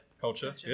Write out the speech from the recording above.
culture